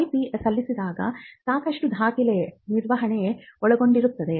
IP ಸಲ್ಲಿಸಿದಾಗ ಸಾಕಷ್ಟು ದಾಖಲೆ ನಿರ್ವಹಣೆ ಒಳಗೊಂಡಿರುತ್ತದೆ